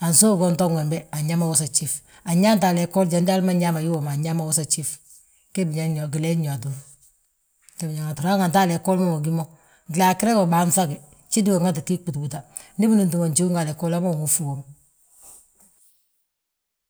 ansów guntun wembe an yaa ma wosa gjif, anyaanta a léggol ananyaa ma wosa gjif, anñaama wii woma anyaa ma wosa gjif, ge gileen yo aa ttúr. Hanganta a léggol wi ngí mo, glagre go banŧagi, gjidi go nŋati giiy ɓutɓuta, ndi binúmti mo njuunga a léggol habo unwúsfi bo.